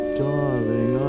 darling